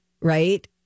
Right